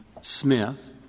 Smith